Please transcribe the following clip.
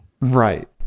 right